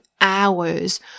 hours